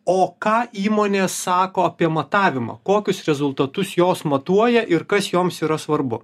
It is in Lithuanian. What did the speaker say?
o ką įmonė sako apie matavimą kokius rezultatus jos matuoja ir kas joms yra svarbu